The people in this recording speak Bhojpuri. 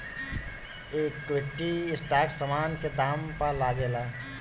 इक्विटी स्टाक समान के दाम पअ लागेला